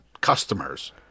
customers